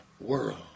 world